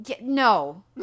no